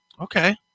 Okay